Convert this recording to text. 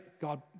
God